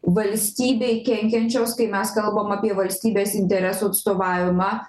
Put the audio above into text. valstybei kenkiančios tai mes kalbam apie valstybės interesų atstovavimą